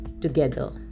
together